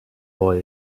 boy